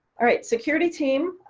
all right security team.